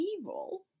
evil